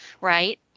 right